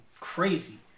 crazy